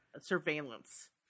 surveillance